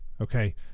Okay